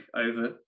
over